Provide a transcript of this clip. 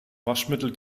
waschmittel